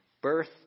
Birth